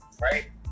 right